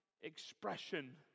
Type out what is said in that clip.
expression